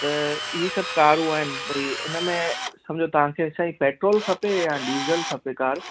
त सभु कारुं आहिनि भई इन में सम्झो तव्हांखे साईं पैट्रोल खपे यां डीज़ल खपे कार